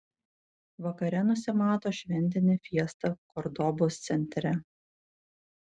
vakare nusimato šventinė fiesta kordobos centre